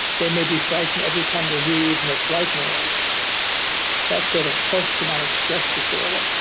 they may be frightened every time they hear even a slight noise that's sort of post-traumatic stress disorder,